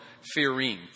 fearing